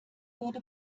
wurde